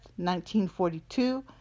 1942